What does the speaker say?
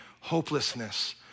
hopelessness